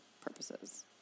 purposes